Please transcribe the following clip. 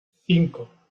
cinco